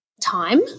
time